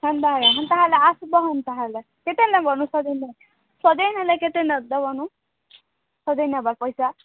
ହେନ୍ତା କେ ହେନ୍ତା ହେଲେ ଆସିବ ହେନ୍ତା ହେଲେ କେତେ ନେବନୁ ସଜେଇଲେ ସଜେଇନେଲେ କେତେ ଦବନୁ ସଜେଇ ନବା ପଇସା